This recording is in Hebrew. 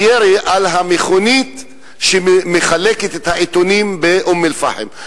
ירי על המכונית שמחלקת את העיתונים באום-אל-פחם.